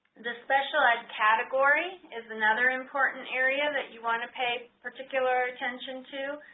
the special ed category is another important area that you want to pay particular attention to.